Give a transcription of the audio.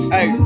Hey